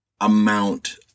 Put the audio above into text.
amount